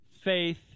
faith